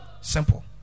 Simple